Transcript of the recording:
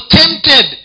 tempted